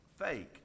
fake